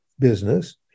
business